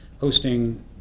hosting